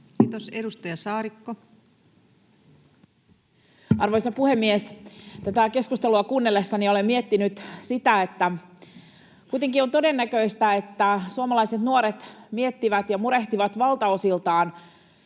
Time: 15:36 Content: Arvoisa puhemies! Tätä keskustelua kuunnellessani olen miettinyt sitä, että kuitenkin on todennäköistä, että suomalaiset nuoret miettivät ja murehtivat valtaosiltaan